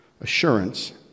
assurance